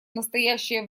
настоящее